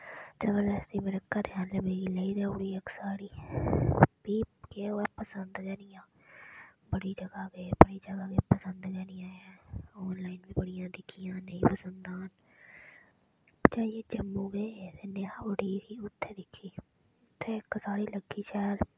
जबरदस्ती मेरे घरै आह्लें मिगी लेई देई ओड़ी इक साड़ी में केह् होऐ पसंद गै निं आवै बड़ा जगह् गे बड़ी जगह् गे पसंद गै निं आवै आनलाइन बी बड़ियां दिक्खियां नेईं पसंद आन जाइयै जम्मू गे नेहा बूटीक ही ते उत्थें दिक्खी जाइयै दिक्खी उत्थें इक साड़ी लग्गी शैल